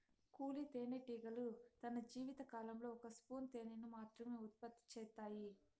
కూలీ తేనెటీగలు తన జీవిత కాలంలో ఒక స్పూను తేనెను మాత్రమె ఉత్పత్తి చేత్తాయి